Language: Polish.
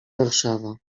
warszawa